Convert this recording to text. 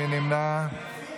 מי נמנע?